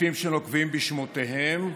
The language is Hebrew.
פרקליטים שנוקבים בשמותיהם,